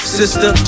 sister